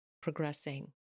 progressing